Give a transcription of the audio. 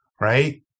right